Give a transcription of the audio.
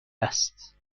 است